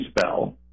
spell